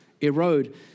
erode